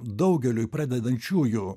daugeliui pradedančiųjų